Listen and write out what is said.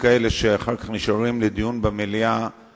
אז המציעים מבקשים לקיים דיון במליאה.